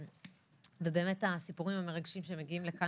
באמת הסיפורים המרגשים שמגיעים לכאן